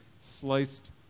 sliced